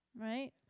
Right